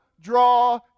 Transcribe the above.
draw